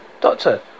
Doctor